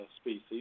species